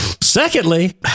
Secondly